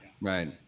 Right